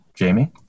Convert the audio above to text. Jamie